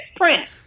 prince